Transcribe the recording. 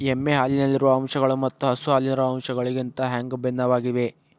ಎಮ್ಮೆ ಹಾಲಿನಲ್ಲಿರುವ ಅಂಶಗಳು ಮತ್ತ ಹಸು ಹಾಲಿನಲ್ಲಿರುವ ಅಂಶಗಳಿಗಿಂತ ಹ್ಯಾಂಗ ಭಿನ್ನವಾಗಿವೆ?